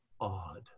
odd